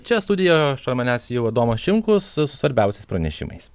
čia studijoje šalia manęs jau adomas šimkus su svarbiausiais pranešimais